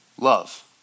love